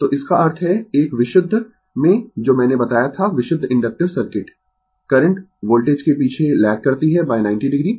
तो इसका अर्थ है एक विशुद्ध में जो मैंने बताया था विशुद्ध इन्डक्टिव सर्किट करंट वोल्टेज के पीछे लैग करती है 90 o